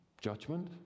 judgment